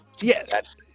Yes